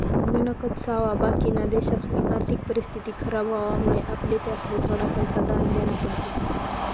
गणकच सावा बाकिना देशसनी आर्थिक परिस्थिती खराब व्हवामुळे आपले त्यासले थोडा पैसा दान देना पडतस